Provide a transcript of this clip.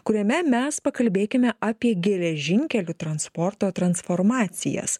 kuriame mes pakalbėkime apie geležinkelių transporto transformacijas